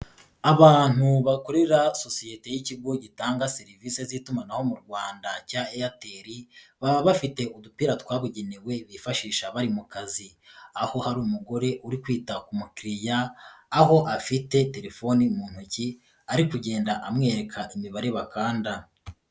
Abantu bakorera sosiyete y'ikigo gitanga serivisi z'itumanaho mu Rwanda cya Airtel baba bafite udupira twabugenewe bifashisha bari mu kazi, aho hari umugore uri kwita ku mukiriya aho afite telefoni mu ntoki ari kugenda amwereka imibare bakanda.